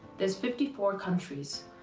there's fifty four countries,